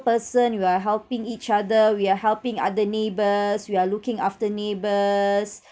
person we are helping each other we are helping other neighbours we are looking after neighbours